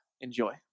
Enjoy